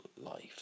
life